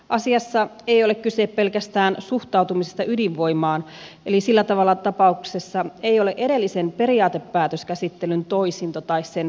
asiassa ei ole kyse pelkästään suhtautumisesta ydinvoimaan eli sillä tavalla tapauksessa ei ole edellisen periaatepäätöskäsittelyn toisinto tai sen päivittäminen